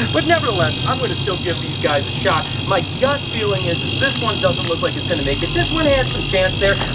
but nevertheless i'm gonna still give these guys a shot. my gut feeling is, is this one doesn't look like it's gonna make it, this one has some chance there,